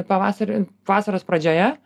pavasarį vasaros pradžioje